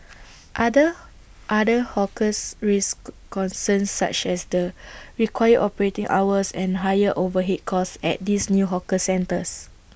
other other hawkers raised concerns such as the required operating hours and higher overhead costs at these new hawker centres